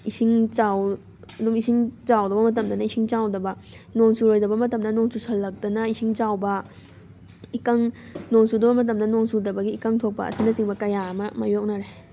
ꯏꯁꯤꯡ ꯆꯥꯎ ꯑꯗꯨꯝ ꯏꯁꯤꯡ ꯆꯥꯎꯗꯧꯕ ꯃꯇꯝꯗꯅ ꯏꯁꯤꯡ ꯆꯥꯎꯗꯕ ꯅꯣꯡ ꯆꯨꯔꯣꯏꯗꯕ ꯃꯇꯝꯗ ꯅꯣꯡ ꯆꯨꯁꯤꯜꯂꯛꯇꯅ ꯏꯁꯤꯡ ꯆꯥꯎꯕ ꯏꯀꯪ ꯅꯣꯡ ꯆꯨꯗꯧꯕ ꯃꯇꯝꯗꯅ ꯅꯣꯡ ꯆꯨꯗꯕꯒꯤ ꯏꯀꯪ ꯊꯣꯛꯄ ꯑꯁꯤꯅ ꯆꯤꯡꯕ ꯀꯌꯥ ꯑꯃ ꯃꯥꯏꯌꯣꯛꯅꯔꯦ